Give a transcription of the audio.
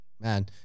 man